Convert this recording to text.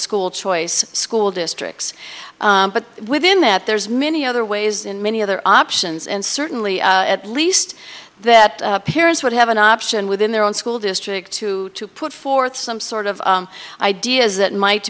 to school choice school districts but within that there's many other ways in many other options and certainly at least that parents would have an option within their own school district to put forth some sort of ideas that might